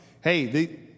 hey